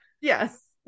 yes